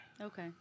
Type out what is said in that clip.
Okay